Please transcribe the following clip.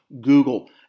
Google